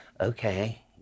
okay